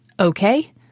Okay